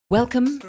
Welcome